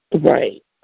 Right